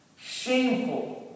Shameful